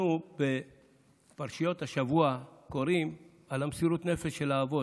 אנחנו בפרשיות השבוע קוראים על מסירות הנפש של האבות,